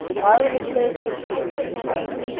parliament says this here says parliament,